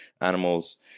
animals